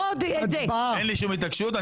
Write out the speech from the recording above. לי אין שום התעקשות,